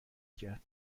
کرد